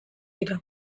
dira